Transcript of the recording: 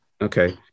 Okay